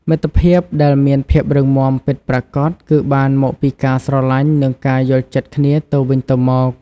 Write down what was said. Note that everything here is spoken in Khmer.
មិត្តភាពដែលមានភាពរឹងមាំពិតប្រាកដគឺបានមកពីការស្រលាញ់និងការយល់ចិត្តគ្នាទៅវិញទៅមក។